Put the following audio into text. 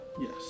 Yes